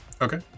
Okay